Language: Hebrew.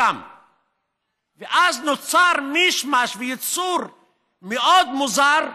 ואז נוצר מישמש ויצור מאוד מוזר,